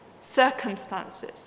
circumstances